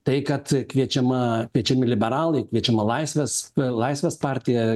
tai kad kviečiama kviečiami liberalai kviečiama laisvės laisvės partija